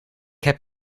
heb